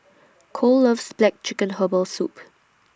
Cole loves Black Chicken Herbal Soup